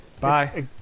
Bye